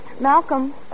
Malcolm